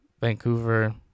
Vancouver